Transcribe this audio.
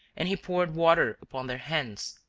and he poured water upon their hands,